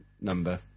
number